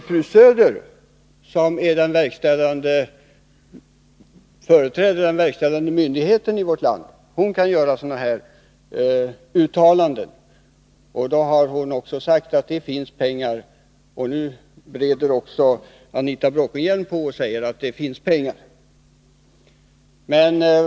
Fru Söder, som företräder den verkställande myndigheten i vårt land, kan göra sådana här uttalanden, och hon har sagt att det finns pengar. Nu brer också Anita Bråkenhielm på och säger att det finns pengar.